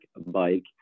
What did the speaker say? bike